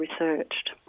researched